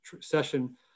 session